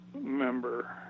Member